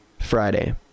Friday